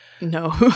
No